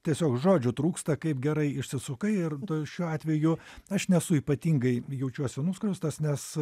tiesiog žodžių trūksta kaip gerai išsisukai ir šiuo atveju aš nesu ypatingai jaučiuosi nuskriaustas nes